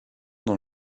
dans